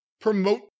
promote